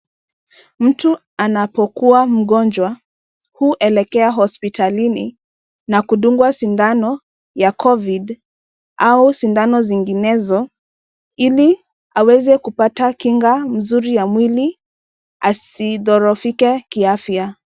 Mtu anapokuwa mgonjwa huelekea hospitalini na kudungwa sindano ya covid au sindano zinginezo ili aweze kupata kinga mzuri ya mwili asidhorofike kiafya.